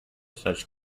such